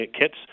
kits